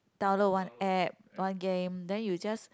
download one app one game then you just